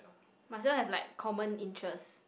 myself have like common interest